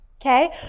Okay